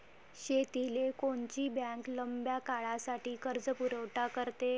शेतीले कोनची बँक लंब्या काळासाठी कर्जपुरवठा करते?